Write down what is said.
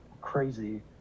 crazy